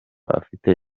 afite